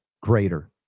greater